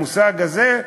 את המושג הזה,